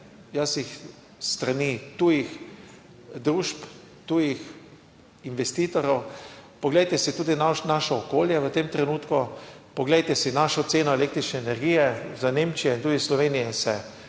s strani tujih družb, tujih investitorjev. Poglejte si tudi naše okolje v tem trenutku, poglejte si našo ceno električne energije iz Nemčije! In tudi v Sloveniji se,